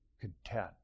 content